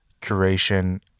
curation